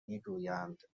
میگویند